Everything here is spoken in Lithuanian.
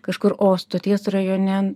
kažkur o stoties rajone